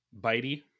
bitey